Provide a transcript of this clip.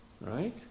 right